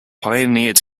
pioneered